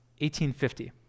1850